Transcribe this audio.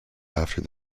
after